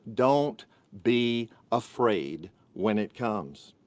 don't be afraid when it comes.